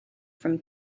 from